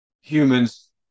humans